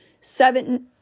seven